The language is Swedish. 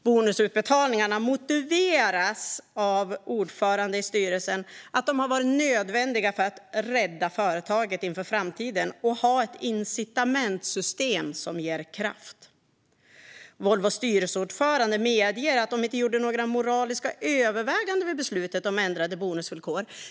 Bonusutbetalningarna motiveras av styrelsens ordförande med att de var nödvändiga för att rädda företaget inför framtiden och för att ha ett incitamentsystem som ger kraft. Volvos styrelseordförande medger att de inte gjorde några moraliska överväganden vid beslutet om ändrade bonusvillkor.